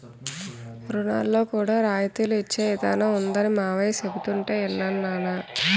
రుణాల్లో కూడా రాయితీలు ఇచ్చే ఇదానం ఉందనీ మావయ్య చెబుతుంటే యిన్నాను నాన్నా